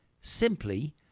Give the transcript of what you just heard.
Simply